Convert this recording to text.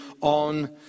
on